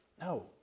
No